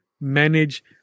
manage